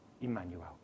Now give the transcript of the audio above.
Emmanuel